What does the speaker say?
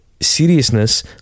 seriousness